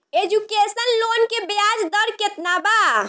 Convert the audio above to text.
Education loan के ब्याज दर केतना बा?